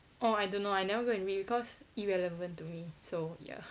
oh I don't know I never go and read because irrelevant to me so ya